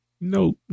No